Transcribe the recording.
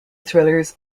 thrillers